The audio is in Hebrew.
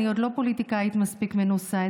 אני עוד לא פוליטיקאית מספיק מנוסה,